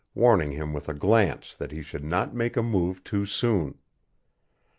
warning him with a glance that he should not make a move too soon.